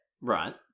Right